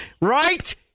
Right